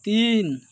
तीन